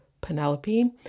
Penelope